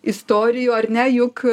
istorijų ar ne juk